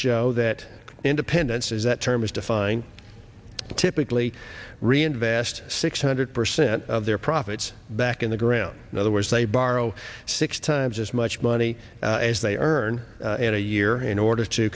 show that independence is that term is defined typically reinvest six hundred percent of their profits back in the ground in other words they borrow six times as much money as they earn in a year in order to